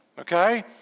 Okay